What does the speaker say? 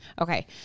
Okay